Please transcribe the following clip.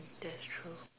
that's true